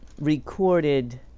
recorded